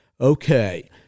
Okay